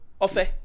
Offer